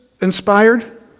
inspired